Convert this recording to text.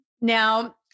now